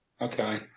Okay